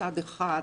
מצד אחד,